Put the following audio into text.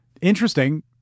Interesting